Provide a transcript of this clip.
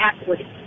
equity